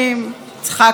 רמסתם אותו,